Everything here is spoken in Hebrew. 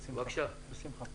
בשמחה.